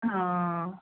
ਹਾਂ